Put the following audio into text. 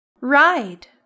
ride